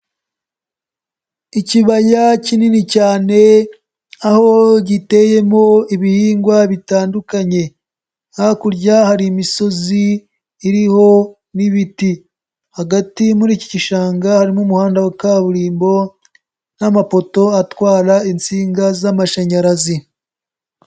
Ikibaya kinini cyane aho giteyemo ibihingwa bitandukanye. Hakurya hari imisozi iriho n'ibiti. Hagati muri iki gishanga hari n'umuhanda wa kaburimbo n'amapoto atwara insinga z'amashanyarazi.